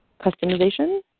customization